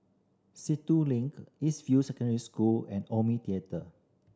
Sentul Link East View Secondary School and Omni Theatre